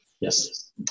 Yes